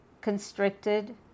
constricted